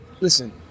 Listen